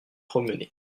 promener